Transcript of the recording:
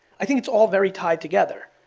i think it's all very tied together.